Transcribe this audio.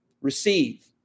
receive